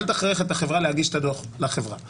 אל תכריח את החברה להגיש את הדוח לחשכ"ל.